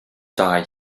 died